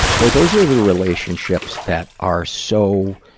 boy, those are the relationships that are so,